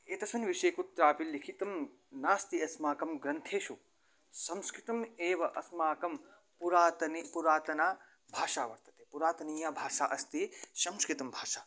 एतस्मिन् विषये कुत्रापि लिखितं नास्ति अस्माकं ग्रन्थेषु संस्कृतम् एव अस्माकं पुरातने पुरातनभाषा वर्तते पुरातनीयभाषा अस्ति संस्कृतभाषा